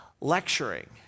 lecturing